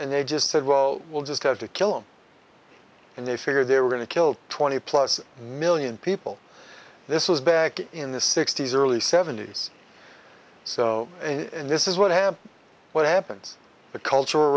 and they just said well we'll just have to kill them and they figure they were going to kill twenty plus million people this was back in the sixty's early seventy's so in this is what happened what happens the cultural